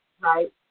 right